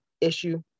issue